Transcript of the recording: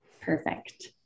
Perfect